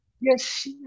Yes